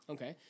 Okay